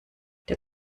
der